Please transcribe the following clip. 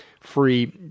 free